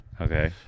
Okay